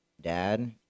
dad